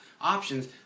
options